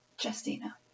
Justina